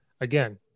Again